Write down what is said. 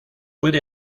puede